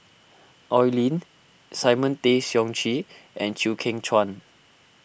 Oi Lin Simon Tay Seong Chee and Chew Kheng Chuan